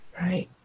Right